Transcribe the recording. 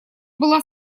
была